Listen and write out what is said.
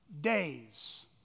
days